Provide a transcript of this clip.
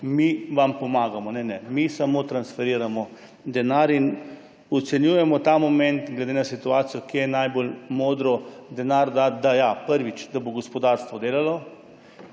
mi vam pomagamo. Ne, mi samo transferiramo denar in ocenjujemo ta moment, glede na situacijo, kam je najbolj modro denar dati, da bo, prvič, gospodarstvo delalo,